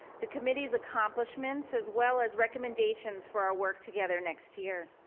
the committee's accomplishments, as well as recommendations for our work together next year.